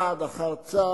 צעד אחד צעד,